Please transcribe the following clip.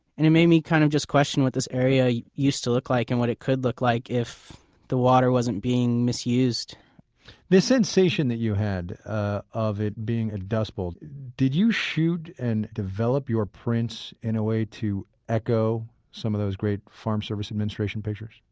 and it made me kind of question what this area used to look like and what it could look like if the water wasn't being misused this sensation that you had ah of it being a dust bowl, did you shoot and develop your prints in a way to echo some of those great farm security administration pictures?